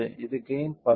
இது கெய்ன் 10